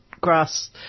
Grass